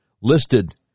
listed